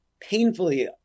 painfully